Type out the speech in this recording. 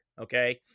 okay